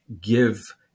give